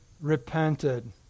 repented